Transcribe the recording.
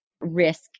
risk